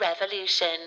Revolution